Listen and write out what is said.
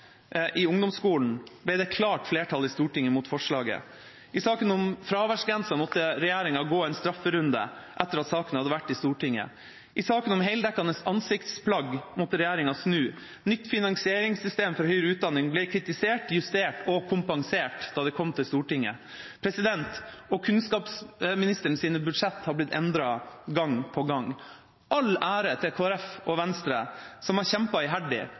i ungdomskolen ble det et klart flertall i Stortinget mot forslaget i saken om fraværsgrenser måtte regjeringa gå en strafferunde etter at saken hadde vært i Stortinget i saken om heldekkende ansiktsplagg måtte regjeringa snu nytt finansieringssystem for høyere utdanning ble kritisert, justert og kompensert da det kom til Stortinget Og kunnskapsminsterens budsjetter har blitt endret gang på gang. All ære til Kristelig Folkeparti og Venstre som har kjempet iherdig,